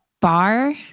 bar